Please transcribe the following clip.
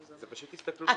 זה פשוט הסתכלות לא נכונה.